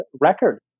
record